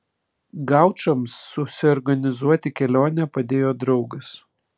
gaučams susiorganizuoti kelionę padėjo draugas